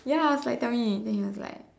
ya I was like tell me then he was like